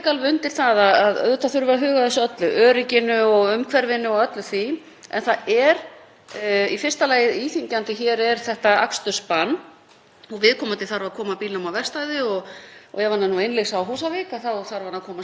Viðkomandi þarf að koma bílnum á verkstæði og ef hann er t.d. innlyksa á Húsavík þá þarf hann að koma sér heim aftur ef ekki er hægt að ná í varahluti o.s.frv. Þannig að þetta er flókið viðfangsefni og þetta er byggðajafnréttismál.